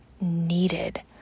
needed